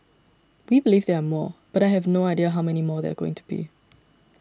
we believe there are more but I have no idea how many more there are going to be